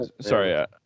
sorry